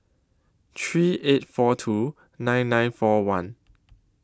three eight four two nine nine four one